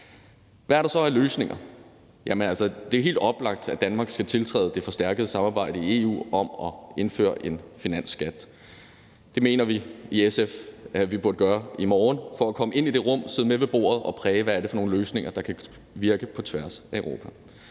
Hvad er der så af løsninger? Det er helt oplagt, at Danmark skal tiltræde det forstærkede samarbejde i EU om at indføre en finansskat. Det mener vi i SF at vi burde gøre i morgen for at komme ind i det rum og sidde med ved bordet og præge, hvad det er for nogle løsninger, der kan virke på tværs af Europa.